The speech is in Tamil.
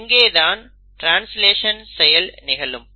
இங்கே தான் ட்ரான்ஸ்லேஷன் செயல் நிகழும்